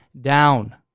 down